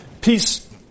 peace